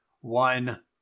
one